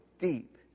deep